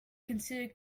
consider